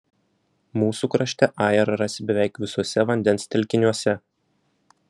mūsų krašte ajerą rasi beveik visuose vandens telkiniuose